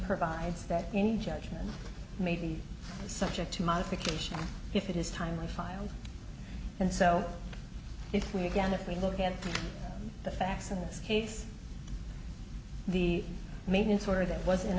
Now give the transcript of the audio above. provides that any judgment made subject to modification if it is timely filed and so if we again if we look at the facts in this case the maintenance order that was